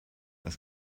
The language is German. das